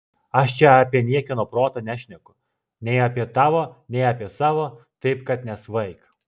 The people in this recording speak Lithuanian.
aš čia apie niekieno protą nešneku nei apie tavo nei apie savo taip kad nesvaik